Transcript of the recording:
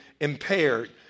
impaired